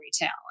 retail